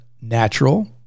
natural